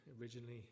originally